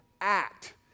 act